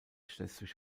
schleswig